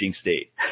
state